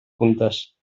puntes